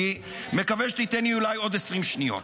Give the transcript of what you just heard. אני מקווה שתיתן לי אולי עוד 20 שניות: